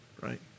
Right